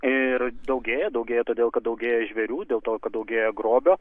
ir daugėja daugėja todėl kad daugėja žvėrių dėl to kad daugėja grobio